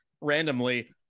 randomly